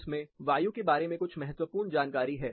इसमें वायु के बारे में कुछ महत्वपूर्ण जानकारी है